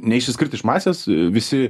neišsiskirt iš masės visi